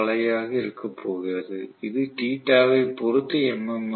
F அலையாக இருக்கப் போகிறது இது θ வை பொறுத்த எம்